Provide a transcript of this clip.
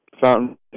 Fountain